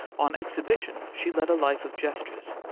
on exhibition she led a life of gestures,